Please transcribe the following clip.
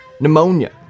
Pneumonia